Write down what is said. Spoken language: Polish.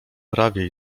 prawie